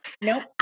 Nope